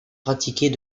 pratiqués